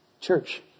Church